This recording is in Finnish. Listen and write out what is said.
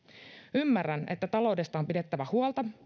ymmärrän että taloudesta on pidettävä huolta